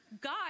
God